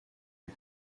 est